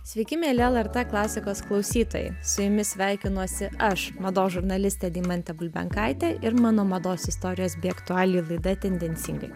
sveiki mieli lrt klasikos klausytojai su jumis sveikinuosi aš mados žurnalistė deimantė bulbenkaitė ir mano mados istorijos bei aktualijų laida tendencingai